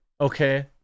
okay